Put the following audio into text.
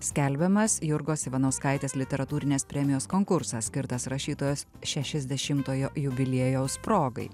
skelbiamas jurgos ivanauskaitės literatūrinės premijos konkursas skirtas rašytojos šešiasdešimtojo jubiliejaus progai